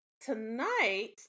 Tonight